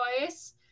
voice